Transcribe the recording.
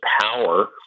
power